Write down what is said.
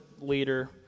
leader